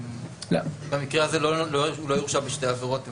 במקרה הזה לא יורשע בשתי עבירות.